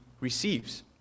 receives